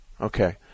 Okay